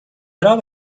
چرا